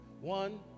One